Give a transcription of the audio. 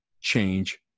change